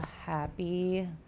happy